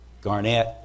Garnett